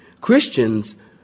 Christians